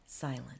silent